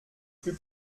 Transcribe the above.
plus